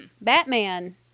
Batman